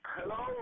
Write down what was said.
Hello